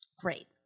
Great